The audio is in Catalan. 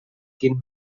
quin